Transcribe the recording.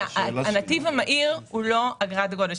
הנתיב המהיר הוא לא אגרת גודש.